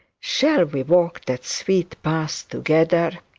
shall we walk that sweet path together